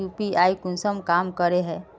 UPI कुंसम काम करे है?